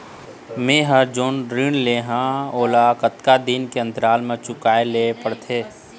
मैं हर जोन ऋण लेहे हाओ ओला कतका दिन के अंतराल मा चुकाए ले पड़ते?